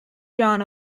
john